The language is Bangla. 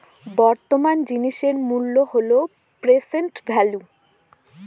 বর্তমান জিনিসের মূল্য হল প্রেসেন্ট ভেল্যু